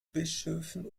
bischöfen